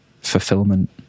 fulfillment